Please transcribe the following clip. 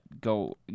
go